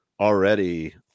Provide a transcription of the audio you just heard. Already